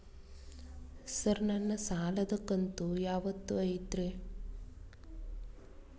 Sir ನನ್ನ ಸಾಲದ ಕಂತು ಯಾವತ್ತೂ ಐತ್ರಿ?